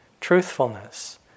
truthfulness